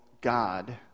God